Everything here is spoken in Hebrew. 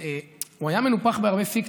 הוא היה מנופח בהרבה פיקציות.